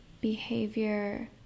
behavior